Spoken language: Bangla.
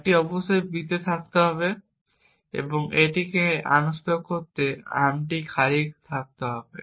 একটি অবশ্যই b তে থাকতে হবে এবং এটিকে আনস্ট্যাক করতে আর্মটি খালি থাকতে হবে